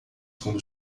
quando